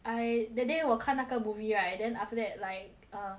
I that day 我看那个 movie right then after that like uh